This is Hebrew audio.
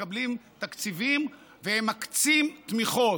מקבלים תקציבים ומקצים תמיכות.